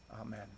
Amen